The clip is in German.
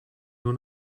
nur